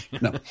No